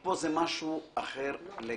פה זה משהו אחר לגמרי.